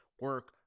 Work